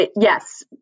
Yes